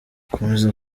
komeza